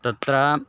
तत्र